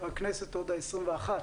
מאז שנבחרתי לכנסת לא זו עוד בכנסת ה-21,